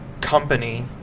company